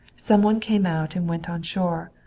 some one came out and went on shore,